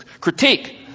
critique